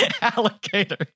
alligator